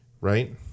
right